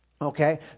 okay